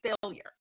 failure